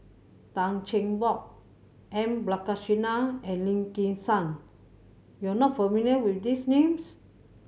Tan Cheng Bock M Balakrishnan and Lim Kim San you are not familiar with these names